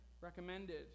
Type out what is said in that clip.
recommended